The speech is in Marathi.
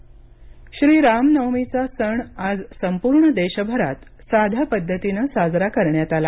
रामनवमी श्रीरामनवमीचा सण आज संपूर्ण देशभरात सध्या पद्धतीनं साजरा करण्यात आला